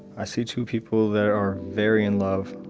i see two people that are very in love.